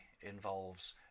involves